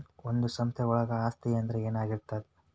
ಒಂದು ಸಂಸ್ಥೆಯೊಳಗ ಆಸ್ತಿ ಅಂದ್ರ ಏನಾಗಿರ್ತದ?